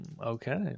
okay